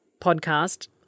podcast